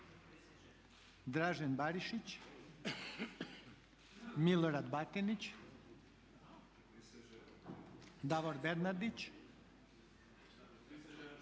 Dražen Barišić, Milorad Batinić, Arsen